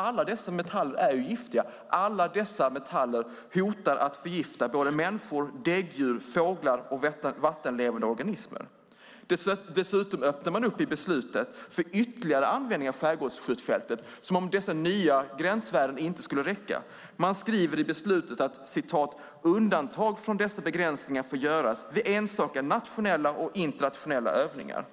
Alla dessa metaller är giftiga. Alla dessa metaller hotar att förgifta människor, däggdjur, fåglar och vattenlevande organismer. Dessutom öppnar man i beslutet för ytterligare användning av skärgårdsskjutfältet, som om dessa nya gränsvärden inte skulle räcka. Man skriver i beslutet att undantag från dessa begränsningar får göras vid enstaka nationella och internationella övningar.